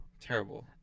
Terrible